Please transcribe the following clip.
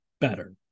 better